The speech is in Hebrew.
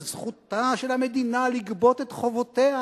זכותה של המדינה לגבות את חובותיה,